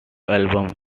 albums